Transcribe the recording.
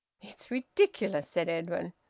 it's ridiculous, said edwin.